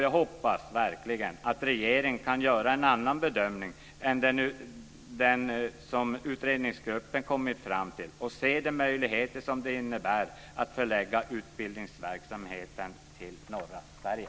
Jag hoppas verkligen att regeringen kan göra en annan bedömning än den som utredningsgruppen kommit fram till och se de möjligheter som det innebär att förlägga utbildningsverksamheten till norra Sverige.